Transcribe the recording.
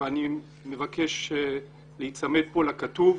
ואני מבקש להיצמד פה לכתוב: